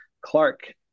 Clark